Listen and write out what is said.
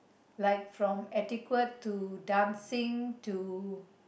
like from etiquette to dancing to